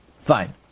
Fine